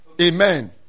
Amen